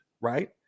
right